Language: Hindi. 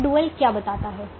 अब डुअल क्या बताता है